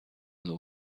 law